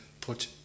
put